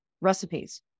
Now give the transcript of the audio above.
recipes